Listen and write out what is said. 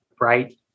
right